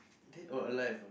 dead or alive ah